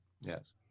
Yes